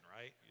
right